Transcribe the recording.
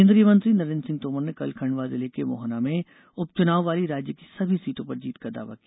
केन्द्रीय मंत्री नरेन्द्र सिंह तोमर ने कल खंडवा जिले के मोहना में उपचुनाव वाली राज्य की सभी सीटों पर जीत का दावा किया